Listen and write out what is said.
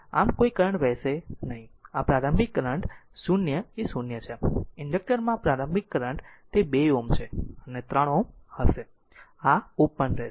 આમ કોઈ કરંટ વહેશે નહીં આમ પ્રારંભિક કરંટix 0 એ 0 છે ઇન્ડકટર માં પ્રારંભિક કરંટ તે 2 Ω છે અને 3 Ω હશે આ ઓપન રહેશે